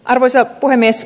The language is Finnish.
arvoisa puhemies